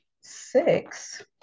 six